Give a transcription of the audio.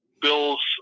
bills